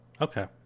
Okay